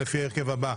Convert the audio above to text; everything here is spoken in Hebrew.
לפי ההרכב הבא: